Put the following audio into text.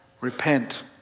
Repent